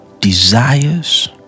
desires